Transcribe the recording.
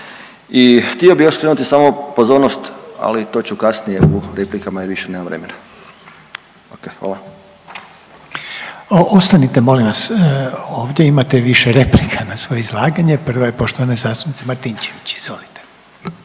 I htio bih još skrenuti samo pozornost, ali to ću kasnije u replikama i više nemam vremena. Ok, hvala. **Reiner, Željko (HDZ)** Ostanite molim vas ovdje imate više replika na svoje izlaganje, prva je poštovane zastupnice Martinčević, izvolite.